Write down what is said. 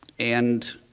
and